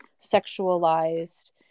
sexualized